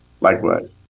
Likewise